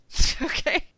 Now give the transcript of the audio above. okay